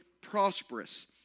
prosperous